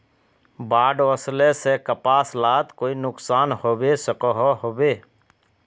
बाढ़ वस्ले से कपास लात कोई नुकसान होबे सकोहो होबे?